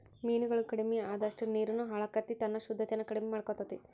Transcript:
ಮೇನುಗಳು ಕಡಮಿ ಅಅದಷ್ಟ ನೇರುನು ಹಾಳಕ್ಕತಿ ತನ್ನ ಶುದ್ದತೆನ ಕಡಮಿ ಮಾಡಕೊತತಿ